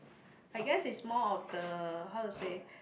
I guess is more of the how to say